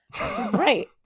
right